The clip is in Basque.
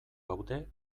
gaude